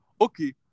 okay